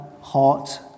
hot